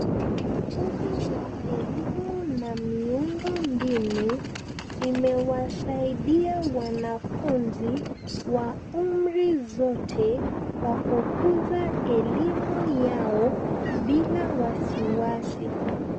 Mfumo wa elimu na miundombinu imewasaidia wanafunzi wa umri zote kwa kukuza elimu yao bila wasiwasi.